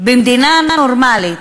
במדינה נורמלית,